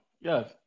Yes